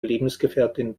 lebensgefährtin